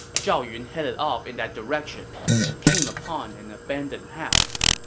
zhao yun headed off in that direction and came upon an abandoned house.